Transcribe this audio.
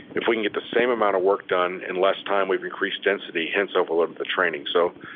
if we can get the same amount of work done in less time, we've increased density, hence overloaded the training. so,